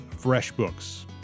FreshBooks